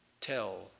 tell